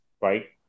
Right